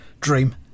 dream